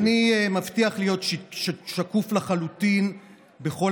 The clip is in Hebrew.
אני מבטיח להיות שקוף לחלוטין בכל